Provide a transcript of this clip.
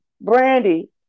Brandy